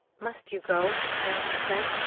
must you go? i only said.